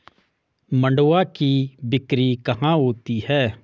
मंडुआ की बिक्री कहाँ होती है?